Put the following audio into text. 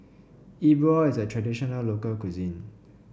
Yi Bua is a traditional local cuisine